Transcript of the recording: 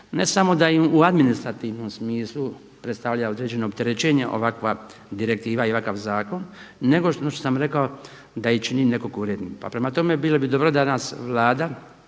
ne samo da im u administrativnom smislu predstavlja određeno opterećenje ovakva direktiva i ovakav zakon nego ono što sam rekao da i čini nekako urednim. Prema tome, bilo bi dobro da nas Vlada